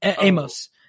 Amos